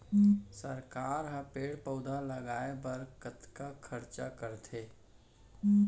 सरकार ह पेड़ पउधा लगाय बर कतका खरचा करथे